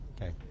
Okay